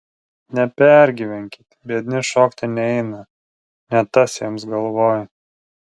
nepergyvenkit biedni šokti neina ne tas jiems galvoj